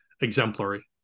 exemplary